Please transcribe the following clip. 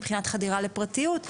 מבחינת חדירה לפרטיות,